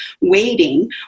waiting